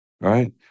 Right